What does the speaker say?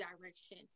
direction